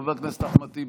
חבר הכנסת אחמד טיבי,